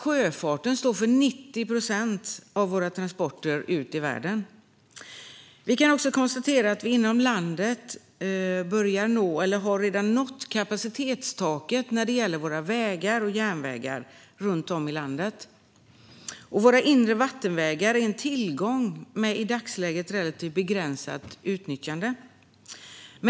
Sjöfarten står för 90 procent av våra transporter ut i världen. Vi kan också konstatera att vi inom landet börjar nå eller redan har nått kapacitetstaket på våra vägar och järnvägar runt om i landet. Våra inre vattenvägar är en tillgång med i dagsläget relativt begränsat utnyttjande.